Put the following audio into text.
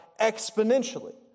exponentially